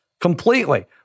completely